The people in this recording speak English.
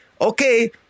okay